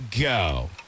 go